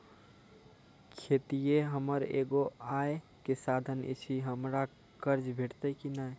खेतीये हमर एगो आय के साधन ऐछि, हमरा कर्ज भेटतै कि नै?